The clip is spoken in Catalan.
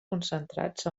concentrats